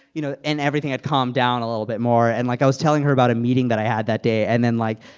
you know, and everything had calmed down a little bit more. and like, i was telling her about a meeting that i had that day. and then, like,